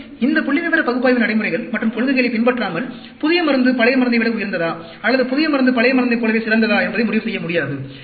மேலும் இந்த புள்ளிவிவர பகுப்பாய்வு நடைமுறைகள் மற்றும் கொள்கைகளைப் பின்பற்றாமல் புதிய மருந்து பழைய மருந்தை விட உயர்ந்ததா அல்லது புதிய மருந்து பழைய மருந்தைப் போலவே சிறந்ததா என்பதை முடிவு செய்ய முடியாது